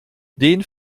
den